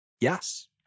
Yes